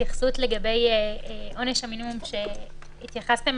התייחסות לגבי עונש המינימום שהתייחסתם